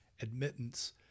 admittance